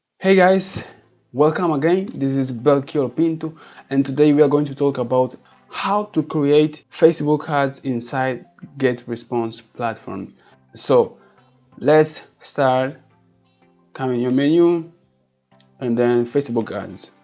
hey guys welcome again this is belchior pinto and today we are going to talk about how to create facebook ads inside getresponse platform so let's start come in your menu and then facebook ads,